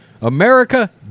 America